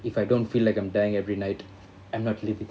if I don't feel like I'm dying every night I'm not livid